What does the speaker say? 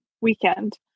weekend